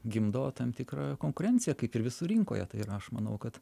gimdo tam tikrą konkurenciją kaip ir visur rinkoje tai yra aš manau kad